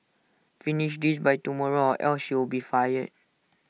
finish this by tomorrow or else you'll be fired